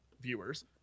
viewers